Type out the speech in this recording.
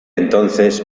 entonces